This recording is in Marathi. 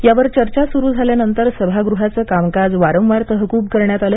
यावर चर्चा सुरू झाल्यानंतर सभागृहाचं कामकाज वारंवार तहकूब करण्यात आलं